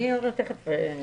אני תכף אתייחס.